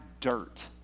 dirt